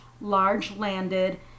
large-landed